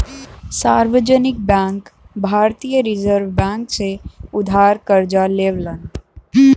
सार्वजनिक बैंक भारतीय reserve bank से उधार करजा लेवलन